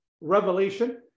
Revelation